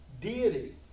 deity